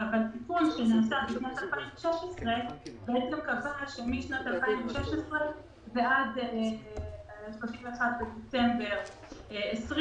אבל תיקון שנעשה בשנת 2016 בעצם קבע שמשנת 2016 ועד ה-31 בדצמבר 2020,